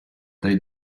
they